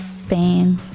Spain